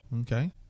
Okay